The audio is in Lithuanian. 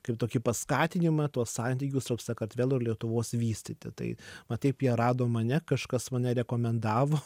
kaip tokį paskatinimą tuos santykius tarp sakartvelo lietuvos vystyti tai va teip jie rado mane kažkas mane rekomendavo